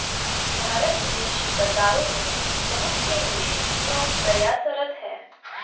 भारत विदेशी बाजारों में पहुंच के लिए क्यों प्रयासरत है?